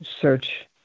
search